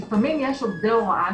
לפעמים יש עובדי הוראה,